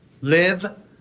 Live